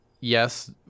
yes